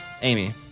Amy